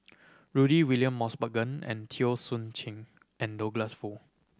Rudy William Mosbergen and Teo Soon and Douglas Foo